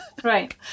Right